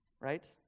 Right